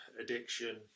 addiction